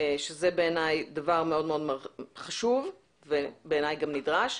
שזה בעיניי דבר חשוב מאוד ונדרש.